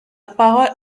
parole